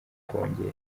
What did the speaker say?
kongera